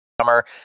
summer